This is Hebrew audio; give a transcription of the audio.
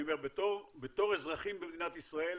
בתור אזרחים במדינת ישראל,